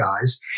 guys